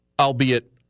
Albeit